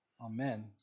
Amen